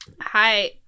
Hi